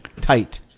tight